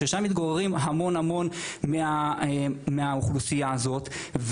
שם מתגוררים המון מהאוכלוסייה הזאת.